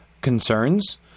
concerns